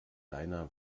deiner